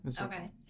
okay